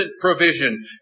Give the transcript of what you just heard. provision